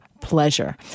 pleasure